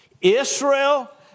Israel